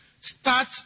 Start